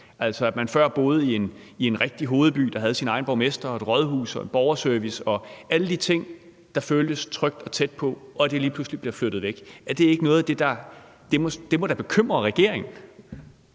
altså at man før boede i en rigtig hovedby, der havde sin egen borgmester og et rådhus og en borgerservice og alle de ting, der føltes trygt og tæt på, og at det lige pludselig bliver flyttet væk. Det må da bekymre regeringen.